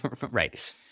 right